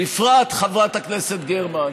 בפרט, חברת הכנסת גרמן,